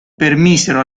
permisero